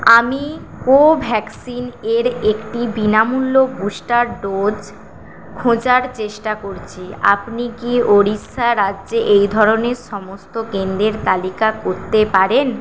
আমি কোভ্যাক্সিন এর একটি বিনামূল্য বুস্টার ডোজ খোঁজার চেষ্টা করছি আপনি কি ওড়িষ্যা রাজ্যে এই ধরনের সমস্ত কেন্দ্রের তালিকা করতে পারেন